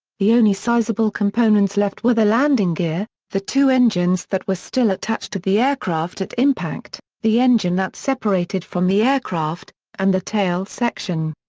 the only sizable components left were the landing gear, the two engines that were still attached to the aircraft at impact, the engine that separated from the aircraft, and the tail section.